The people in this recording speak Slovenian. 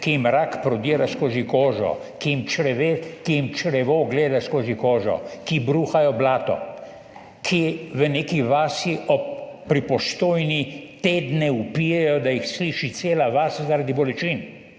ki jim rak prodira skozi kožo, ki jim črevo gleda skozi kožo, ki bruhajo blato, ki v neki vasi pri Postojni tedne vpijejo, da jih sliši cela vas zaradi bolečin.